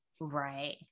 Right